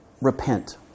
repent